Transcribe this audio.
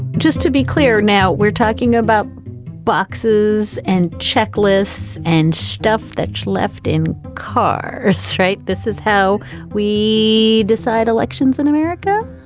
just to be clear now we're talking about boxes and checklists and stuff that's left in car straight. this is how we decide elections in america.